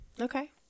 Okay